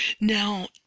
now